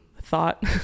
thought